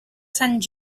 sant